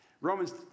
Romans